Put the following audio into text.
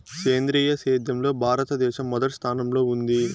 సేంద్రీయ సేద్యంలో భారతదేశం మొదటి స్థానంలో ఉంది